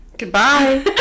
Goodbye